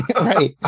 right